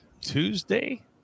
Tuesday